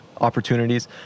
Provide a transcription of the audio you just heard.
opportunities